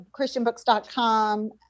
christianbooks.com